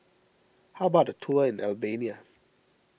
how about a tour in Albania